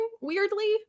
weirdly